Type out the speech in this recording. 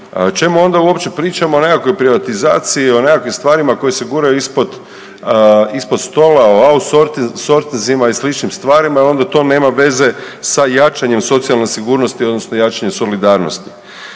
čemu onda uopće pričamo o nekakvoj privatizaciji i o nekakvim stvarima koje se guraju ispod, ispod stola, o outsorsinzima i sličnim stvarima i onda to nema veze sa jačanjem socijalne sigurnosti odnosno jačanjem solidarnosti.